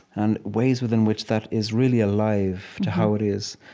and ways within which that is really alive to how it is.